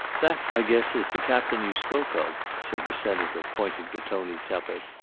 that, i guess, is the captain you spoke of, said the senator pointing to tony tuppett.